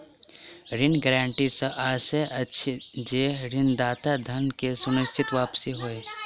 ऋण गारंटी सॅ आशय अछि जे ऋणदाताक धन के सुनिश्चित वापसी होय